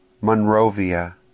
Monrovia